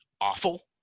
awful